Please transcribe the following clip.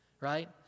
right